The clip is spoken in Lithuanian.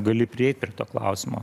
gali prieit prie to klausimo